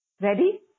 Ready